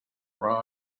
rye